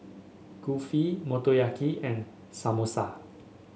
Kulfi Motoyaki and Samosa